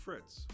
Fritz